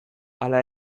hala